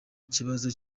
ikibazo